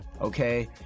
Okay